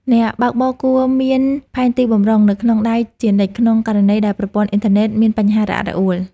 អ្នកបើកបរគួរមានផែនទីបម្រុងនៅក្នុងដៃជានិច្ចក្នុងករណីដែលប្រព័ន្ធអ៊ីនធឺណិតមានបញ្ហារអាក់រអួល។